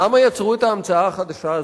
למה יצרו את ההמצאה החדשה הזאת?